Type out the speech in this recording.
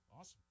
Awesome